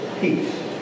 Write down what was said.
peace